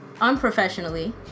unprofessionally